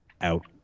Out